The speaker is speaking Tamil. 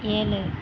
ஏழு